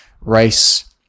race